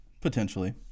potentially